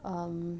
um